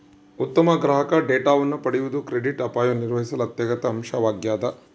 ಉತ್ತಮ ಗ್ರಾಹಕ ಡೇಟಾವನ್ನು ಪಡೆಯುವುದು ಕ್ರೆಡಿಟ್ ಅಪಾಯವನ್ನು ನಿರ್ವಹಿಸಲು ಅತ್ಯಗತ್ಯ ಅಂಶವಾಗ್ಯದ